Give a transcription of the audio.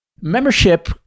Membership